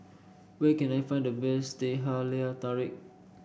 where can I find the best Teh Halia Tarik